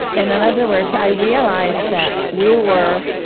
in and other words, i realized that we were,